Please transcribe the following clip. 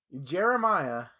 Jeremiah